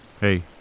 Hey